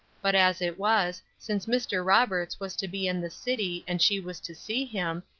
but as it was, since mr. roberts was to be in the city and she was to see him,